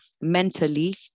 mentally